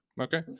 okay